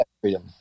Freedom